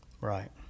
Right